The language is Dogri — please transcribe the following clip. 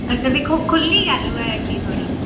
अच्छा दिक्खो खु'ल्लनी कैह्ल्लूं ऐ एह् हट्टी थुआढ़ी